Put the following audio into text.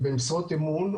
אמון,